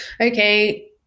Okay